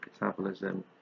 metabolism